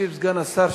ישיב אדוני סגן השר,